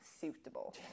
suitable